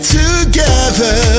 together